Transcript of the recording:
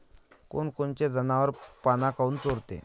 कोनकोनचे जनावरं पाना काऊन चोरते?